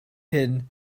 hyn